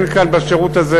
בשירות הזה